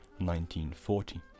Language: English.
1940